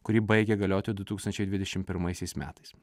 kuri baigia galioti du tūkstančiai dvidešimt pirmaisiais metais